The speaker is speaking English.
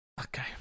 Okay